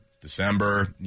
December